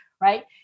right